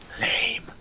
lame